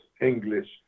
English